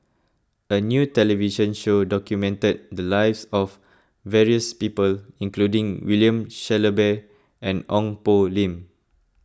a new television show documented the lives of various people including William Shellabear and Ong Poh Lim